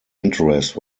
interest